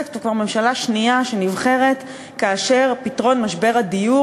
זאת ממשלה שנייה שנבחרת כאשר פתרון משבר הדיור